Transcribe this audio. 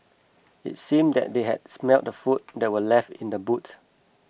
it seemed that they had smelt the food that were left in the boot